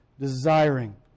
desiring